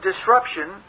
disruption